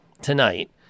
tonight